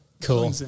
Cool